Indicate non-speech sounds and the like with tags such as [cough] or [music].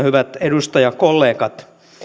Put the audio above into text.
[unintelligible] hyvät edustajakollegat